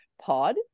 pod